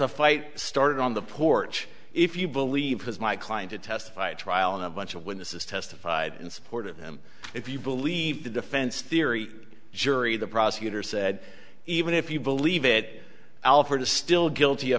a fight started on the porch if you believe his my client to testify trial in a bunch of witnesses testified in support of him if you believe the defense theory jury the prosecutor said even if you believe it alford is still guilty